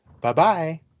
Bye-bye